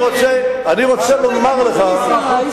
חבר'ה,